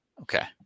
Okay